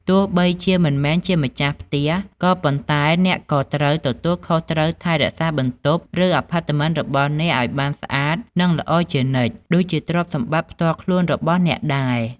ទោះបីជាមិនមែនជាម្ចាស់ ក៏ប៉ុន្តែអ្នកក៏ត្រូវទទួលខុសត្រូវថែរក្សាបន្ទប់ ឬអាផាតមិនរបស់អ្នកឱ្យបានស្អាត និងល្អជានិច្ច ដូចជាទ្រព្យសម្បត្តិផ្ទាល់ខ្លួនរបស់អ្នកដែរ។